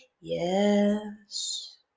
yes